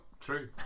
true